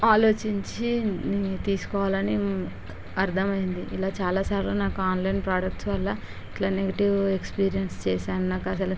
అలోచించి తీసుకోవాలని అర్ధమయ్యింది ఇలా చాలా సార్లు నాకు ఆన్లైన్ ప్రొడక్ట్స్ వల్ల ఇలా నెగిటీవ్ ఎక్స్పీరియన్స్ చేసాను నాకు అసలు